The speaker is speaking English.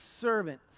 servant